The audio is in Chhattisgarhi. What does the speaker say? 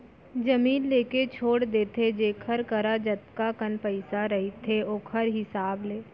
जमीन लेके छोड़ देथे जेखर करा जतका कन पइसा रहिथे ओखर हिसाब ले